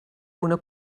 una